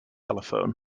telephone